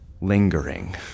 lingering